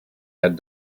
had